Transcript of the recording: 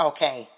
Okay